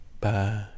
Bye